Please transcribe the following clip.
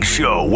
Show